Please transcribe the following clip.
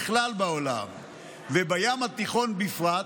בכלל בעולם ובים התיכון בפרט,